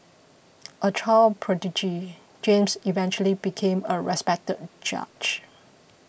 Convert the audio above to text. a child prodigy James eventually became a respected judge